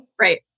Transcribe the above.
Right